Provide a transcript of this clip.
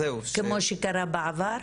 כמו שקרה בעבר?